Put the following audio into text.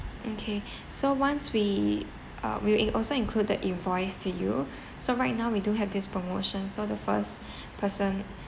okay so once we uh we will also include invoice to you so right now we do have this promotion so the first person